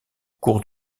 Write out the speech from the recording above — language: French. cours